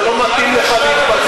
זה לא מתאים לך להתבטא.